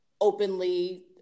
openly